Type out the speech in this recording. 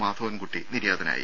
മാധവൻകുട്ടി നിര്യാതനായി